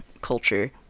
culture